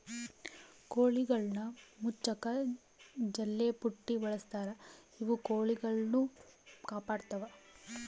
ಕೋಳಿಗುಳ್ನ ಮುಚ್ಚಕ ಜಲ್ಲೆಪುಟ್ಟಿ ಬಳಸ್ತಾರ ಇವು ಕೊಳಿಗುಳ್ನ ಕಾಪಾಡತ್ವ